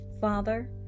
Father